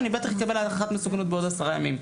אני בטח יקבל הערכת מסוכנות בעוד עשרה ימים.